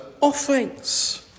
offerings